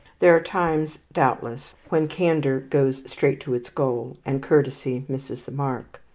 there are times doubtless when candour goes straight to its goal, and courtesy misses the mark.